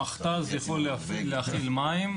המכת"ז יכול להכיל מים,